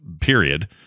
period